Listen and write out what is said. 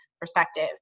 perspective